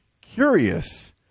curious